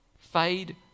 fade